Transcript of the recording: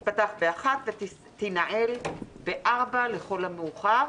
הישיבה תיפתח בשעה 13:00 ותינעל בשעה 16:00 לכל המאוחר.